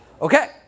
Okay